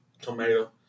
tomato